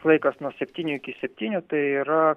laikas nuo septynių iki septynių tai yra